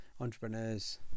Entrepreneurs